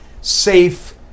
safe